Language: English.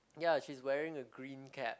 ya she is wearing a green cap